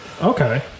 Okay